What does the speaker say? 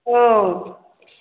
औ